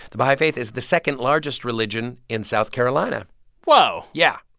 the baha'i faith is the second-largest religion in south carolina whoa yeah,